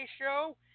show